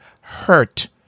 hurt